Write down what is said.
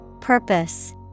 Purpose